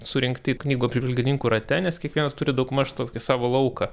surinkti knygų apžvalgininkų rate nes kiekvienas turi daugmaž tokį savo lauką